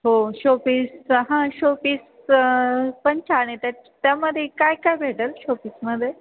हो शोपीस हां शोपीस पण छान येतात त्यामध्ये काय काय भेटेल शोपीसमध्ये